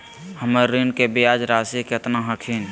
हमर ऋण के ब्याज रासी केतना हखिन?